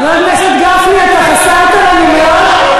איך את חושדת בו שהוא מסתכל בפייסבוק?